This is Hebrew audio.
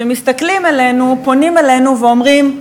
כשמסתכלים אלינו, פונים אלינו ואומרים: